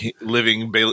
living